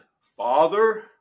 Father